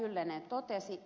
kyllönen totesi